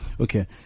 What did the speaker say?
Okay